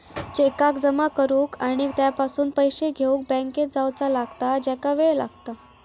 चेकाक जमा करुक आणि त्यापासून पैशे घेउक बँकेत जावचा लागता ज्याका वेळ लागता